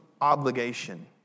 obligation